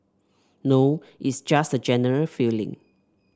now it's just a general feeling